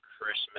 Christmas